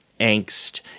angst